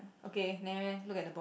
okay never mind look at the boy